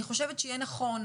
אני חושבת שיהיה נכון